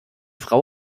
frau